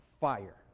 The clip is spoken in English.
fire